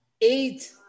Eight